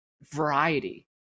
variety